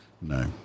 No